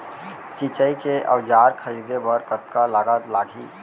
सिंचाई के औजार खरीदे बर कतका लागत लागही?